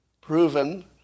proven